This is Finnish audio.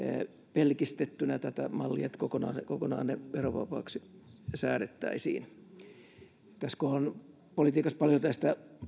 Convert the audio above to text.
pelkistettynä tätä mallia että kokonaan kokonaan ne verovapaaksi säädettäisiin tässä kun on politiikassa paljon